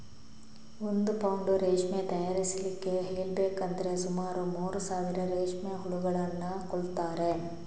ಒಂದು ಪೌಂಡ್ ರೇಷ್ಮೆ ತಯಾರಿಸ್ಲಿಕ್ಕೆ ಹೇಳ್ಬೇಕಂದ್ರೆ ಸುಮಾರು ಮೂರು ಸಾವಿರ ರೇಷ್ಮೆ ಹುಳುಗಳನ್ನ ಕೊಲ್ತಾರೆ